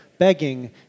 begging